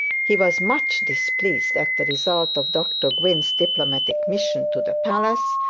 he was much displeased at the result of dr gwynne's diplomatic mission to the palace,